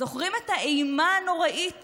זוכרים את האימה הנוראית